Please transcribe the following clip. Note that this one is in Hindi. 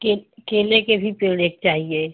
के केले के भी पेड़ एक चाहिए